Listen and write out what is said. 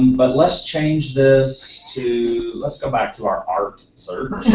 but let's change this to, let's go back to our art search.